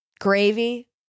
gravy